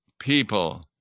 people